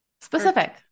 specific